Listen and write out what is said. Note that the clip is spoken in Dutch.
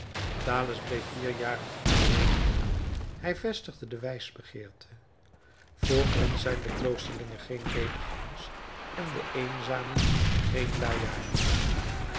bleef vier jaren onbewegelijk hij vestigde de wijsbegeerte voor ons zijn de kloosterlingen geen lediggangers en de eenzamen geen luiaards